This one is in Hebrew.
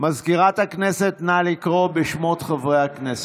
מזכירת הכנסת, נא לקרוא בשמות חברי הכנסת.